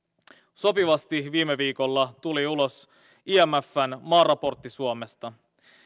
sopivasti viime viikolla tuli ulos imfn maaraportti suomesta